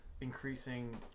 increasing